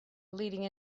leading